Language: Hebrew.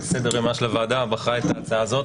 בסדר-יומה של הוועדה בחרה את ההצעה הזאת.